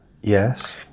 Yes